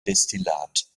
destillat